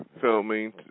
filming